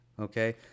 Okay